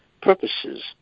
purposes